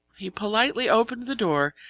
he politely opened the door,